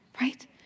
right